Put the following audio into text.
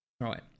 Right